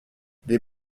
les